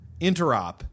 interop